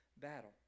battle